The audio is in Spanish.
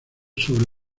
sobre